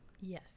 yes